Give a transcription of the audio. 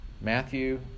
Matthew